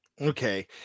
Okay